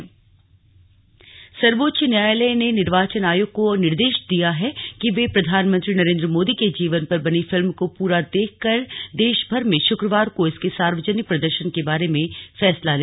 slug PM पर film सर्वोच्च न्यायालय ने निर्वाचन आयोग को निर्देश दिया है कि वह प्रधानमंत्री नरेन्द्र मोदी के जीवन पर बनी फिल्म को पूरा देखकर देशभर में शुक्रवार को इसके सार्वजनिक प्रदर्शन के बारे में फैसला ले